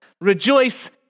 Rejoice